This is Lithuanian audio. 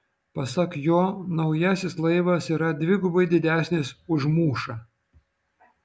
pasak jo naujasis laivas yra dvigubai didesnis už mūšą